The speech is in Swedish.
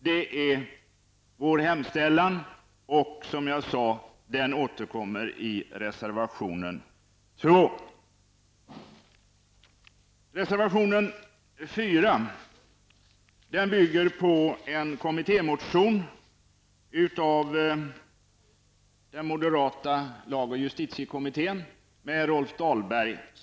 Det är vår hemställan och som jag sade återkommer den i reservation 2.